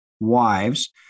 wives